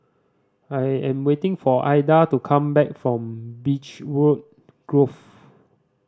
I am waiting for Aida to come back from Beechwood Grove